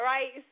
Right